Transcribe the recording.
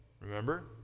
remember